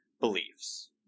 beliefs